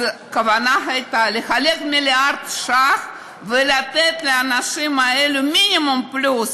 אז הכוונה הייתה לחלק מיליארד ש"ח ולתת לאנשים האלו מינימום פלוס